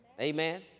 Amen